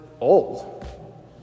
old